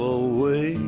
away